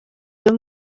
真空